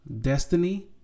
Destiny